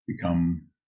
become